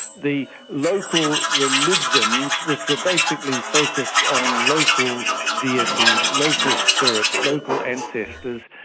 the local religions which were basically focused on local deities, local spirits, local ancestors,